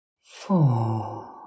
Four